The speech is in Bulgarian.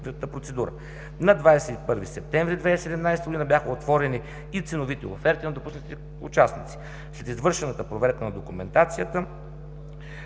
процедура. На 21 септември 2017 г. бяха отворени и ценовите оферти на допуснатите участници. След извършената проверка на документацията